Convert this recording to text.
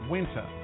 Winter